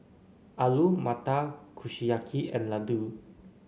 Alu Matar Kushiyaki and Ladoo